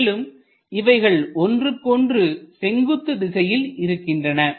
மேலும் இவைகள் ஒன்றுக்கொன்று செங்குத்து திசையில் இருக்கின்றன